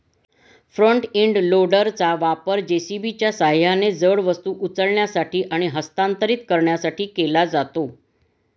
front end लोडरचा वापर जे.सी.बीच्या सहाय्याने जड वस्तू उचलण्यासाठी आणि हस्तांतरित करण्यासाठी केला जातो